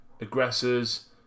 aggressors